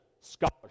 scholarship